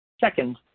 Second